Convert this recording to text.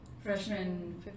Freshman